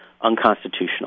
unconstitutional